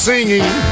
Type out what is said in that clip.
singing